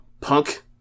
Punk